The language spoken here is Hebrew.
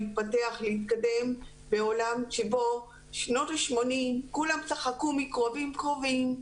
להתפתח ולהתקדם בעולם שבו בשנות ה-80' כולם צחקו מ"קרובים קרובים"